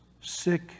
sick